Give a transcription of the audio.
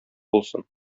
булсын